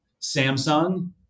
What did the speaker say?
Samsung